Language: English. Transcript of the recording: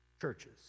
churches